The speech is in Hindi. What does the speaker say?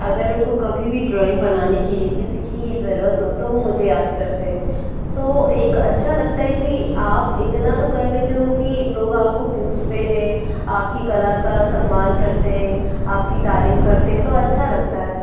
अगर उनको कभी भी ड्रॉइंग बनाने के लिए किसी की जरुरत हो तो वो मुझे याद करते हैं तो एक अच्छा लगता है कि आप इतना तो कर लेते हो कि लोग आपको पूछते हैं आपकी कला का सम्मान करते हैं आपकी तारीफ़ करते हैं तो अच्छा लगता है